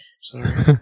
Sorry